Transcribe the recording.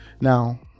Now